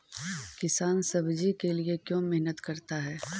किसान सब्जी के लिए क्यों मेहनत करता है?